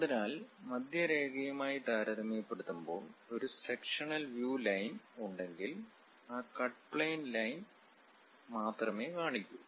അതിനാൽ മധ്യരേഖയുമായി താരതമ്യപ്പെടുത്തുമ്പോൾ ഒരു സെക്ഷനൽ വ്യൂ ലൈൻ ഉണ്ടെങ്കിൽ ആ കട്ട് പ്ലെയിൻ ലൈൻ മാത്രമേ കാണിക്കൂ